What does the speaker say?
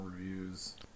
reviews